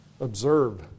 observe